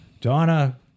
Donna